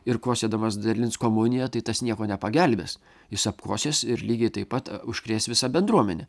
ir kosėdamas dalins komuniją tai tas nieko nepagelbės jis apkosės ir lygiai taip pat užkrės visą bendruomenę